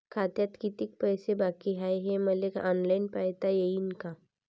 खात्यात कितीक पैसे बाकी हाय हे मले ऑनलाईन पायता येईन का?